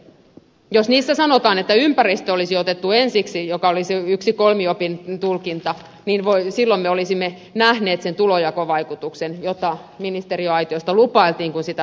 jos niissä sanottaisiin että ympäristö otetaan ensiksi mikä olisi yksi kolmiopin tulkinta niin silloin me olisimme nähneet sen tulonjakovaikutuksen jota ministeriaitiosta lupailtiin kun sitä valmisteltiin